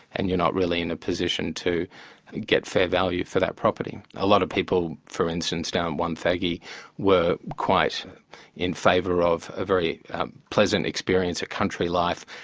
and you're not really in a position to get fair value for that property. a lot of people for instance down at wonthaggi were quite in favour of a very pleasant experience, a country life,